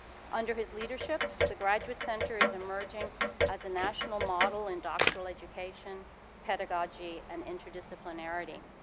under his leadership the graduate center is emerging as a national model in doctoral education pedagogy and interdisciplinarity.